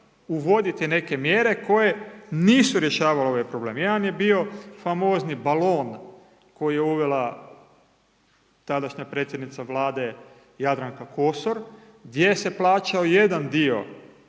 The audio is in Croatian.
uvoditi neke mjere koje nisu rješavale ovaj problem. Jedan je bio famozni balon koji je uvela tadašnja predsjednica Vlade Jadranka Kosor gdje se plaćao jedan dio